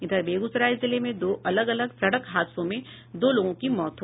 इधर बेगूसराय जिले में दो अलग अलग सड़क हादसों में दो लोगों की मौत हो